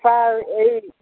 sir ଏଇ